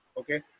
Okay